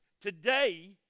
Today